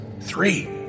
Three